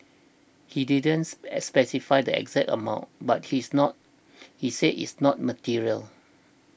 he didn't s specify the exact amount but he is not he said it's not material